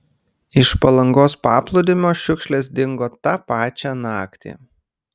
iš palangos paplūdimio šiukšlės dingo tą pačią naktį